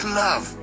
love